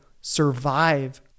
survive